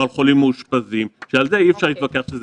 על חולים מאושפזים כי על זה אי אפשר להתווכח שזה